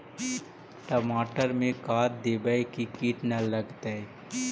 टमाटर में का देबै कि किट न लगतै?